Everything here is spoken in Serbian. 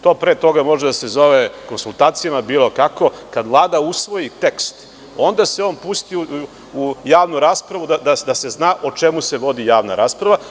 To pre toga može da se zove konsultacijama, bilo kako, a kada Vlada usvoji tekst onda se on pusti u javnu raspravu, da se zna o čemu se vodi javna rasprava.